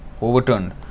overturned